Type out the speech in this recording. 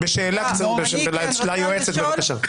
שאלה ליועצת, בבקשה.